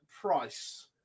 Price